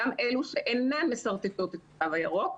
גם אלו שאינם משרטטות את הקו הירוק,